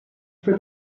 for